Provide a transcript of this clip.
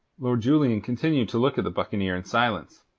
lord julian continued to look at the buccaneer in silence.